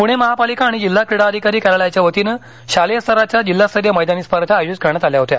पूणे महापालिका आणि जिल्हा क्रीडा अधिकारी कार्यालयाच्या वतीनं शालेय स्तराच्या जिल्हास्तरीय मैदानी स्पर्धा आयोजित करण्यात आल्या होत्या